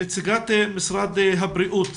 נציגת משרד הבריאות